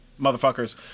motherfuckers